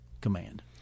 command